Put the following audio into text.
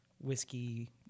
whiskey